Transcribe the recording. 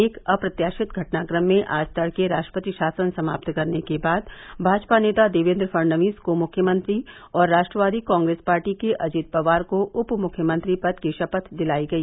एक अप्रत्याशित घटनाक्रम में आज तड़के राष्ट्रपति शासन समाप्त करने के बाद भाजपा नेता देवेन्द्र फड़नवीस को मुख्यमंत्री और राष्ट्रवादी कांग्रेस पार्टी के अजित पवार को उप मुख्यमंत्री पद की शपथ दिलाई गई